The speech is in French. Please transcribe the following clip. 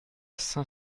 cinq